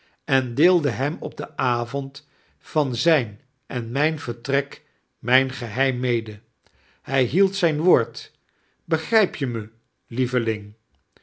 en deelde hem op den avond van zijn en mijn vertrek mijn geheim mede hij hdeld zijn woord begrijp je mij lieveling